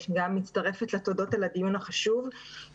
גם מצטרפת לתודות על הדיון החשוב.